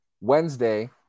Wednesday